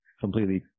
completely